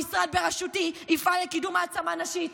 המשרד בראשותי יפעל לקידום העצמה נשית,